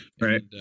right